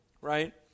right